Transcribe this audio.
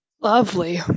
Lovely